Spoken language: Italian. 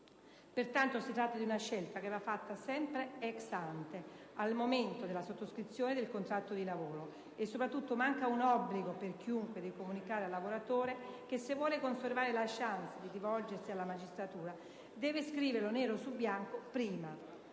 tratta pertanto di una scelta che va fatta sempre *ex ante*, al momento della sottoscrizione del contratto di lavoro; soprattutto, manca un obbligo, per chiunque, di comunicare al lavoratore che, se vuole conservare la *chance* di rivolgersi alla magistratura, deve scriverlo nero su bianco prima.